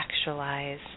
actualize